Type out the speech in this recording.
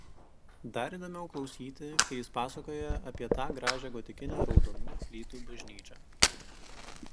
dar įdomiau klausyti kai jis pasakoja apie tą gražią gotikinę raudonų plytų bažnyčią